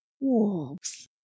Wolves